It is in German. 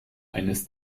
eines